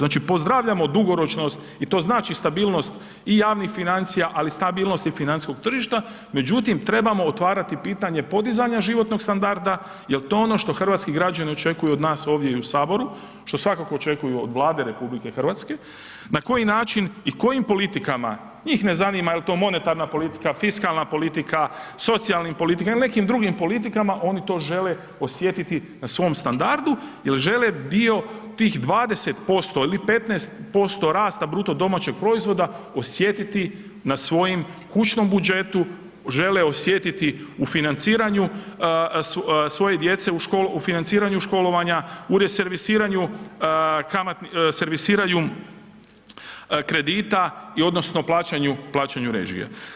Znači, pozdravljamo dugoročnost i to znači i stabilnost i javnih financija, ali stabilnost i financijskog tržišta, međutim, trebamo otvarati pitanje podizanja životnog standarda jel to je ono što hrvatski građani očekuju od nas ovdje i u HS, što svakako očekuju od Vlade RH, na koji način i kojim politikama, njih ne zanima jel to monetarna politika, fiskalna politika, socijalnim politika ili nekim drugim politikama, oni to žele osjetiti na svom standardu jel žele dio tih 20% ili 15% rasta BDP-a osjetiti na svojim kućnom budžetu, žele osjetiti u financiranju svoje djece, u financiranju školovanja, u servisiranju kredita i odnosno plaćanju, plaćanju režija.